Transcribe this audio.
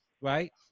right